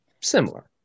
similar